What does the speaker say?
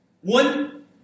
One